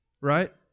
Right